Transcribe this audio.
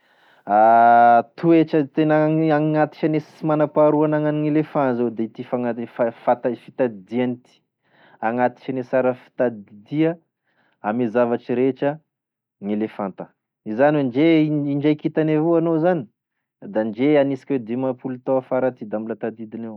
Toetra tena gny- agnaty isany sy manam-paharoa anagnanign'éléphant zao de ity fagna- fa- fatatry- fitadidiany ity, agnaty isany sara fitadidia amy zavatry rehetra ny elefanta, zany hoe ndre in- indaiky itany evao anao zany, da ndre anisika hoe dimampolo tao afara aty da mbola tadidiny evao.